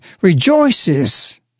rejoices